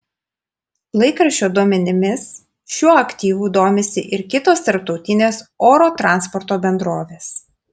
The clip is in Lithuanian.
laikraščio duomenimis šiuo aktyvu domisi ir kitos tarptautinės oro transporto bendrovės